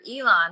Elon